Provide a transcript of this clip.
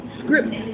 script